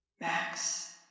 Max